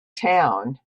town